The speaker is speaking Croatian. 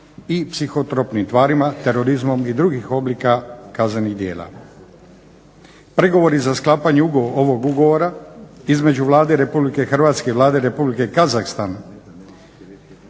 i psihotropnim tvarima, terorizmom i drugih oblika kaznenih djela. Pregovori za sklapanje ovog ugovora između Vlade RH i Vlade Republike Kazahstan